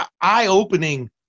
eye-opening